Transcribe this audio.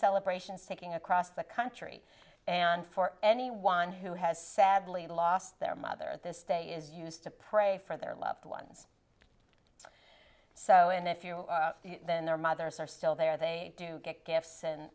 celebrations taking across the country and for anyone who has sadly lost their mother this day is used to pray for their loved ones so in a few then their mothers are still there they do get gifts and